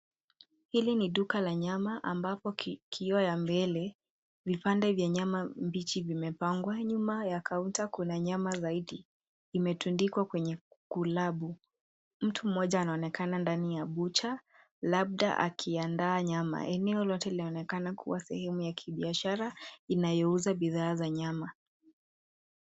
Hili ni duka la nyama ambapo ki kioo ya mbele, vipande vya nyama mbichi vimepangwa. Nyuma ya kaunta kuna nyama zaidi zimetundikwa kwenye kulabu. Mtu mmoja anaonekana ndani ya bucha, labda akiandaa nyama. Eneo lote linaonekana kuwa sehemu ya kibiashara, inayouza bidhaa za nyama.